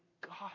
god